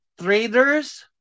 traders